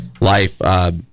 life